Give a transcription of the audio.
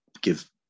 give